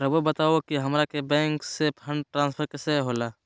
राउआ बताओ कि हामारा बैंक से फंड ट्रांसफर कैसे होला?